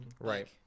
right